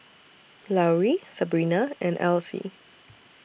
Lauri Sabrina and Alcie